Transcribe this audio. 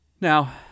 Now